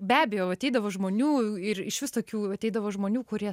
be abejo vat eidavo žmonių ir išvis tokių ateidavo žmonių kurie